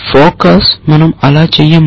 focus మనం అలా చేయము